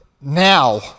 now